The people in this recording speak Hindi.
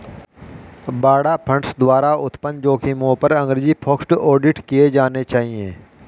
बाड़ा फंड्स द्वारा उत्पन्न जोखिमों पर अंग्रेजी फोकस्ड ऑडिट किए जाने चाहिए